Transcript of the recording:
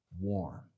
Warm